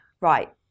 right